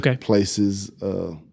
places